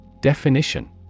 Definition